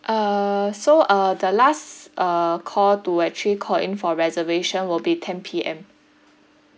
uh so uh the last uh call to actually call in for reservation will be ten P_M